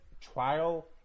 trial